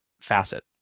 facet